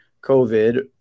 COVID